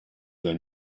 their